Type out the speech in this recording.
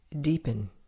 deepen